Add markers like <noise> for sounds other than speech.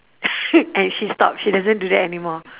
<noise> and she stopped she doesn't do that anymore